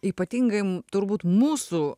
ypatingai m turbūt mūsų